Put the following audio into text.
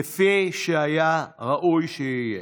כפי שהיה ראוי שיהיה.